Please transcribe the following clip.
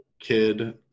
Kid